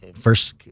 first